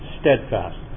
steadfast